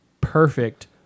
perfect